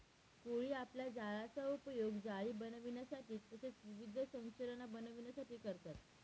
कोळी आपल्या जाळ्याचा उपयोग जाळी बनविण्यासाठी तसेच विविध संरचना बनविण्यासाठी करतात